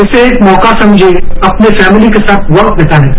इसे एक मौका समझे अपनी फैमिली के साथ वक्त बीताने का